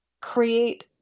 create